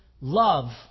love